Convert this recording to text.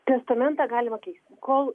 testamentą galima keisti kol